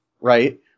right